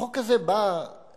החוק הזה בא להציב